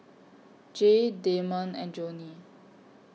Jay Damond and Joni